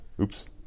oops